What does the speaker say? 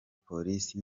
polisi